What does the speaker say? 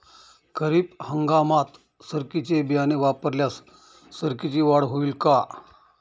खरीप हंगामात सरकीचे बियाणे वापरल्यास सरकीची वाढ होईल का?